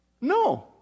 No